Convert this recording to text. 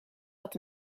had